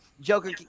joker